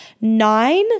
nine